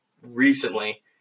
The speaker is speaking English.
recently